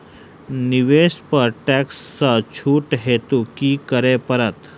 निवेश पर टैक्स सँ छुट हेतु की करै पड़त?